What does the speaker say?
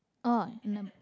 oh